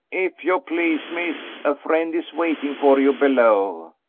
if you please, miss, a friend is waiting for you below.